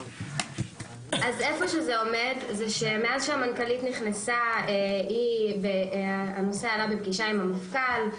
מאז שהמנכ"לית נכנסה הנושא עלה בפגישה עם המפכ"ל.